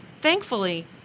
Thankfully